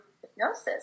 hypnosis